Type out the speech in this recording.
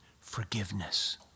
forgiveness